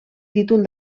títol